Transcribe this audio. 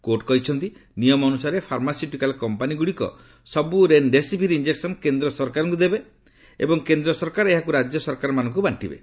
court କହିଛନ୍ତି ନିୟମ ଅନୁସାରେ ଫାର୍ମାସ୍ୱିଟିକାଲ୍ କମ୍ପାନୀ ଗୁଡ଼ିକୁ ସବୁ ରେନ୍ଡେସିଭିର୍ ଇଞ୍ଜକସନ୍ କେନ୍ଦ୍ର ସରକାରଙ୍କ ଦେବେ ଏବଂ କେନ୍ଦ୍ର ସରକାର ଏହାକୁ ରାଜ୍ୟ ସରକାରମାନଙ୍କୁ ବାଣ୍ଟିବେ